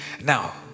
now